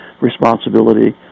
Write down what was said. responsibility